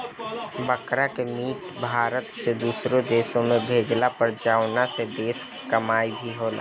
बकरा के मीट भारत से दुसरो देश में भेजाला पर जवना से देश के कमाई भी होला